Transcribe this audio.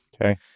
Okay